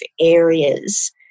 areas